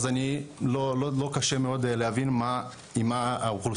אז אני לא קשה מאוד להבין מה האוכלוסייה